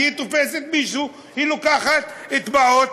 כשהיא תופסת מישהו היא לוקחת טביעות